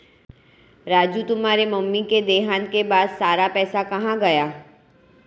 राजू तुम्हारे मम्मी के देहांत के बाद सारा पैसा कहां गया?